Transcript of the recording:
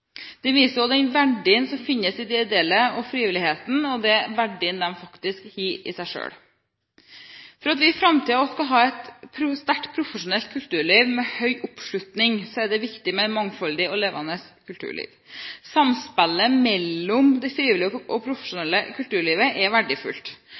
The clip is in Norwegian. Det viser også den verdien som finnes i det ideelle og frivilligheten, og den verdien de faktisk har i seg selv. For at vi i framtiden skal ha et sterkt profesjonelt kulturliv med høy oppslutning er det viktig med et mangfoldig og levende kulturliv. Samspillet mellom det frivillige og